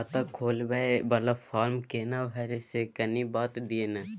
खाता खोलैबय वाला फारम केना भरबै से कनी बात दिय न?